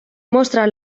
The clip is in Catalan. mostra